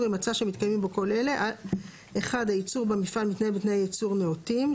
אם מצא שמתקיימים בו כל אלה: הייצור במפעל מתנהל בתנאי ייצור נאותים,